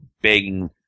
begging